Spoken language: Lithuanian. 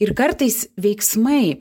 ir kartais veiksmai